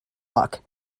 luck